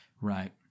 Right